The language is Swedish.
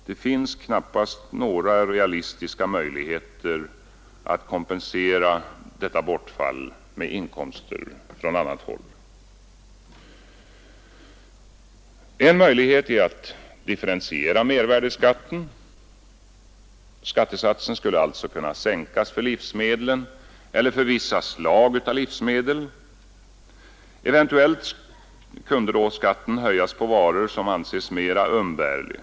Det finns knappast några realistiska möjligheter att kompensera detta bortfall med inkomster från annat håll. En möjlighet är att differentiera mervärdeskatten. Skattesatsen skulle alltså kunna sänkas för livsmedlen eller för vissa slag av livsmedel. Eventuellt kunde då skatten höjas på varor som anses mera umbärliga.